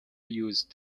used